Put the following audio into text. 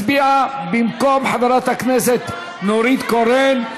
ביטון הצביעה במקום חברת הכנסת נורית קורן.